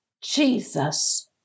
Jesus